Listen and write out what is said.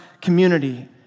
community